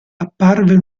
apparve